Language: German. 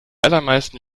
allermeisten